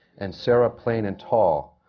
and sarah, plain and tall.